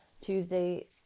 Tuesday